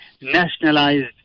nationalized